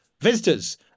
visitors